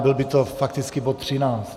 Byl by to fakticky bod 13.